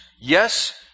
yes